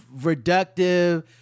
reductive